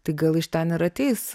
tai gal iš ten ir ateis